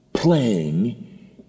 playing